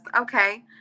Okay